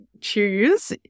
choose